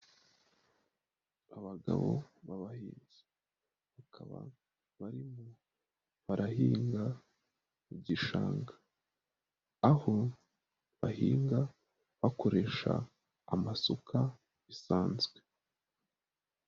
Abagabo b'abahinzi, bakaba barimo barahinga mu gishanga, aho bahinga bakoresha amasuka bisanzwe.